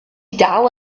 dal